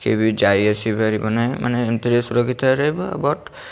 କିଏ ବି ଯାଇ ଆସିପାରିବ ନାହିଁ ମାନେ ଏମିତିରେ ସୁରକ୍ଷିତରେ ରହିବ ବଟ୍